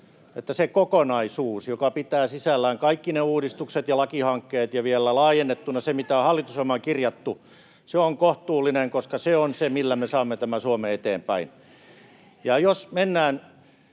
että se kokonaisuus, joka pitää sisällään kaikki ne uudistukset ja lakihankkeet ja vielä laajennettuna sen, mitä on hallitusohjelmaan kirjattu, on kohtuullinen, koska se on se, millä me saamme Suomen eteenpäin. Ja jos mennään